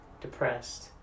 depressed